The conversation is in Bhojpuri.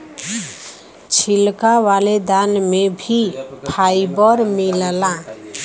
छिलका वाले दाल में भी फाइबर मिलला